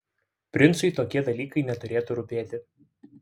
princui tokie dalykai neturėtų rūpėti